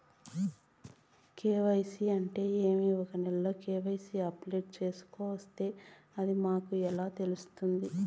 KYC అంటే ఏమి? ఒకవేల కె.వై.సి అప్డేట్ చేయాల్సొస్తే అది మాకు ఎలా తెలుస్తాది?